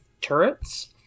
turrets